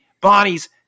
bonnie's